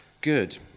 good